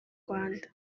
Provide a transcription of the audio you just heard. rwanda